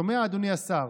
שומע, אדוני השר,